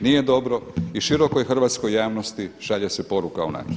Nije dobro i širokoj hrvatskoj javnosti šalje se poruka unatrag.